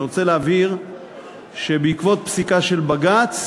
אני רוצה להבהיר שבעקבות פסיקה של בג"ץ